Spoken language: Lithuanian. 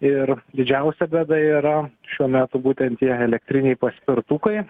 ir didžiausia bėda yra šiuo metu būtent tie elektriniai paspirtukai